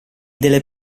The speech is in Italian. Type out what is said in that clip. delle